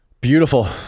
Beautiful